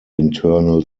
internal